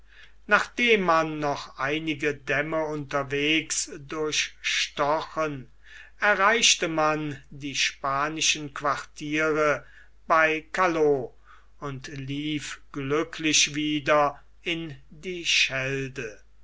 nachdem man noch einige dämme unterwegs durchstochen erreichte man die spanischen quartiere bei calloo und lief glücklich wieder in die schelde